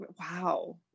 Wow